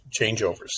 changeovers